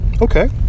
Okay